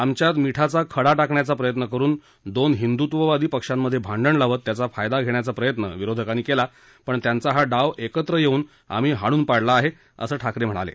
आमच्यात मिठाचा खडा टाकण्याचा प्रयत्न करून दोन हिंदृत्ववादी पक्षांमध्ये भांडण लावत त्याचा फायदा घेण्याचा प्रयत्न विरोधकांनी केला पण त्यांचा हा डाव एकत्र येऊन आम्ही हाणून पाडला आहे असंही ठाकरे म्हणाले